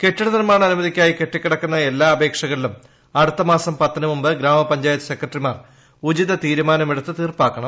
കെട്ടിട നിർമ്മാണ അനുമതിക്കായി കെട്ടിക്കിടക്കുന്ന എല്ലാ അപേക്ഷകളിലും അടുത്ത മാസം പത്തിന് മുമ്പ് ഗ്രാമപഞ്ചായത്ത് സെക്രട്ടറിമാർ ഉചിത തീരുമാനം എടുത്ത് തീർപ്പാക്കണം